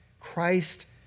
Christ